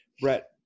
brett